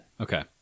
Okay